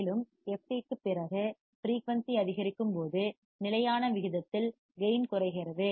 மேலும் fc க்குப் பிறகு ஃபிரீயூன்சி அதிகரிக்கும் போது நிலையான கான்ஸ்டன்ட் விகிதத்தில் கேயின் குறைகிறது